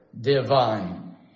divine